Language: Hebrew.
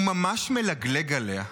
הוא ממש מלגלג עליה.